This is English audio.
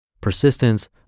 Persistence